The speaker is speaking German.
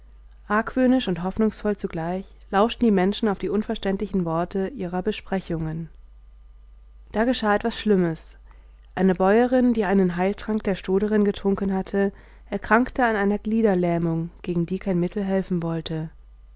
argwöhnisch und hoffnungsvoll zugleich lauschten die menschen auf die unverständlichen worte ihrer besprechungen da geschah etwas schlimmes eine bäuerin die einen heiltrank der stoderin getrunken hatte erkrankte an einer gliederlähmung gegen die kein mittel helfen wollte